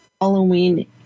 Halloween